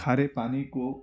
کھارے پانی کو